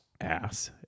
ass